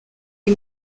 les